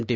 T